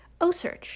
OSearch